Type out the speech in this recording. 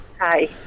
hi